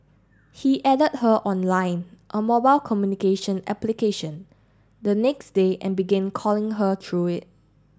he added her on Line a mobile communication application the next day and began calling her through it